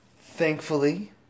Thankfully